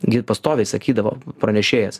gi pastoviai sakydavo pranešėjas